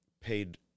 paid